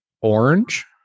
Orange